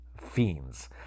Fiends